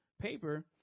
paper